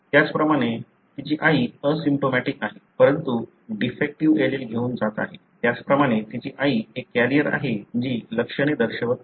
त्याचप्रमाणे तिची आई असिम्प्टोमॅटिक आहे परंतु डिफेक्टीव्ह एलील घेऊन जात आहे त्याचप्रमाणे तिची आई एक कॅरियर आहे जी लक्षणे दर्शवत नाही